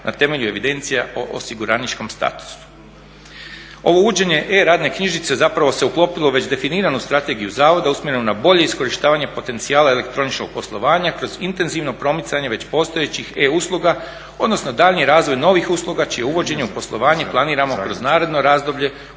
na temelju evidencija o osiguraničkom statusu. Ovo uvođenje e-radne knjižice zapravo se uklopilo u već definiranu strategiju zavoda usmjerenu na bolje iskorištavanje potencijala elektroničkog poslovanja kroz intenzivno promicanje već postojećih e-usluga odnosno daljnji razvoj novih usluga čije uvođenje u poslovanje planiramo kroz naredno razdoblje